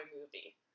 movie